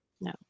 No